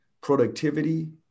productivity